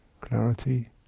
clarity